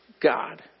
god